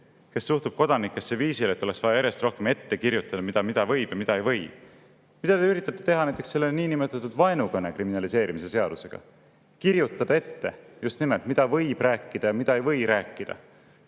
kes suhtub kodanikesse viisil, et oleks vaja järjest rohkem ette kirjutada, mida võib ja mida ei või [teha]. Mida te üritate teha näiteks niinimetatud vaenukõne kriminaliseerimise seadusega? Just nimelt kirjutada ette, mida võib rääkida ja mida ei või rääkida.